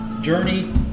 Journey